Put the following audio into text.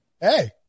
hey